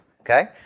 Okay